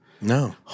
No